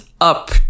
up